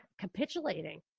capitulating